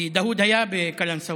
כי דאוד היה בקלנסווה.